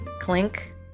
clink